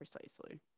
Precisely